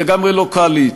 לגמרי לא קל לי אתו.